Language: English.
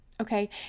okay